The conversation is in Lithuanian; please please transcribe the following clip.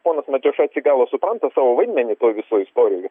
ponas matijošaitis iki galo supranta savo vaidmenį visoj istorijoj